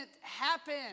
happen